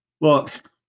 look